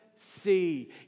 See